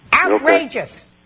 Outrageous